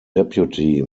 deputy